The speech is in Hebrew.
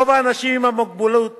רוב האנשים עם המוגבלות